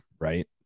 right